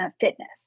fitness